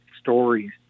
stories